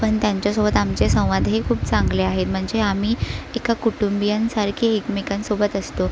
पण त्यांच्यासोबत आमचे संवाद हे खूप चांगले आहेत म्हणजे आम्ही एका कुटुंबियांसारखे एकमेकांसोबत असतो